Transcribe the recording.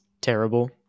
terrible